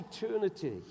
eternity